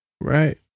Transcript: Right